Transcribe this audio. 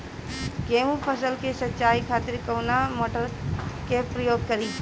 गेहूं फसल के सिंचाई खातिर कवना मोटर के प्रयोग करी?